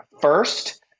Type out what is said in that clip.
First